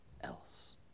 else